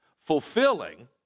fulfilling